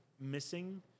missing